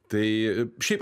tai šiaip